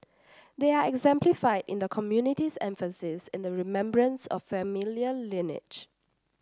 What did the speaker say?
they are exemplified in the community's emphasis on the remembrance of familial lineage